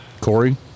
Corey